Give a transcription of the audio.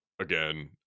again